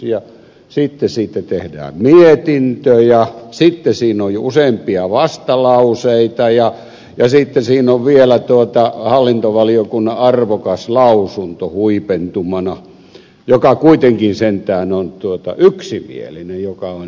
sitten siitä tehdään mietintö sitten siinä on jo useampia vastalauseita ja sitten siinä on vielä huipentumana hallintovaliokunnan arvokas lausunto joka kuitenkin sentään on yksimielinen mikä on erittäin hyvä